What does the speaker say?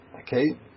Okay